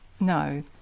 No